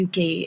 UK